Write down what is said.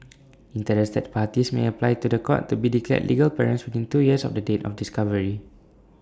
interested parties may apply to The Court to be declared legal parents within two years of the date of discovery